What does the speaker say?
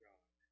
God